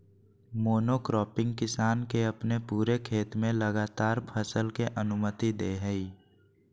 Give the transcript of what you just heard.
monocropping किसान के अपने पूरे खेत में लगातार फसल के अनुमति दे हइ